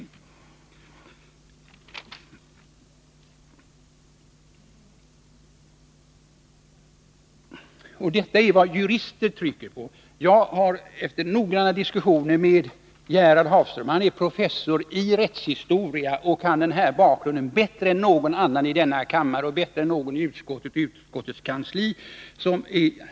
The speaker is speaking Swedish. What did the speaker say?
169 Detta är vad jurister trycker på. Jag har ingående diskuterat detta ärende med Gerhard Hafström, som är professor emeritus i rättshistoria och kan bakgrunden bättre än någon annan i denna kammare och bättre än någon i utskottet och utskottets kansli.